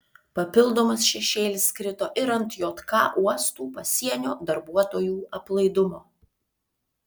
papildomas šešėlis krito ir ant jk uostų pasienio darbuotojų aplaidumo